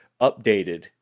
updated